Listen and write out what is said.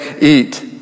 eat